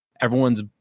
everyone's